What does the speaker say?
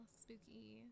spooky